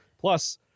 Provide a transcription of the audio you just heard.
plus